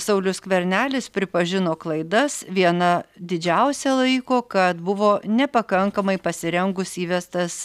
saulius skvernelis pripažino klaidas viena didžiausia laiko kad buvo nepakankamai pasirengus įvestas